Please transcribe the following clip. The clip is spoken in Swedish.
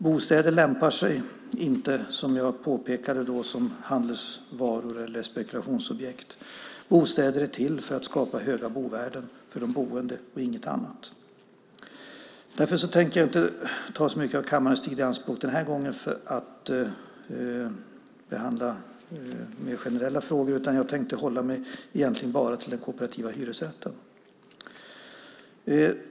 Bostäder lämpar sig inte, som jag då påpekade, som handelsvaror eller spekulationsobjekt. Bostäder är till för att skapa höga bovärden för de boende, inget annat. Jag tänker inte ta så mycket av kammarens tid i anspråk den här gången för att behandla mer generella frågor, utan jag tänker hålla mig till den kooperativa hyresrätten.